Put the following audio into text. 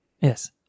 Yes